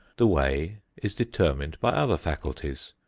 the way is determined by other faculties,